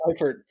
Eifert